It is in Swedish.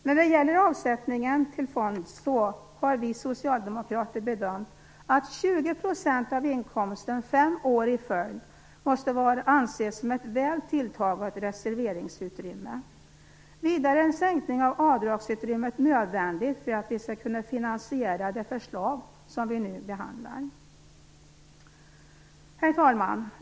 När det gäller avsättningen till periodiseringsfond har vi socialdemokrater bedömt att 20 % av inkomsten fem år i följd måste anses som ett väl tilltaget reserveringsutrymme. Vidare är en sänkning av avdragsutrymmet nödvändig för att vi skall kunna finansiera det förslag som vi nu behandlar. Herr talman!